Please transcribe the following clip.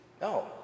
No